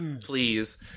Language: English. Please